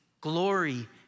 glory